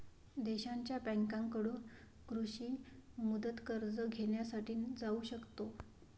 देशांच्या बँकांकडून कृषी मुदत कर्ज घेण्यासाठी जाऊ शकतो